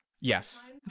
Yes